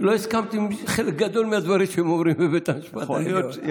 הסכמת עם חלק גדול מהדברים שהם אומרים בבית המשפט העליון.